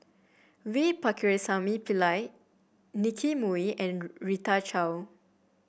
V Pakirisamy Pillai Nicky Moey and Rita Chao